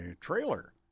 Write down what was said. trailer